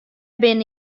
binne